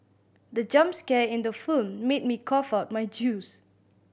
the jump scare in the film made me cough out my juice